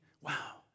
wow